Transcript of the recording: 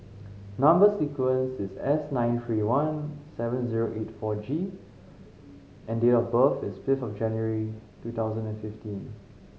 number sequence is S nine three one seven zero eight four G and date of birth is fifth of January two thousand and fifteen